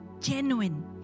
genuine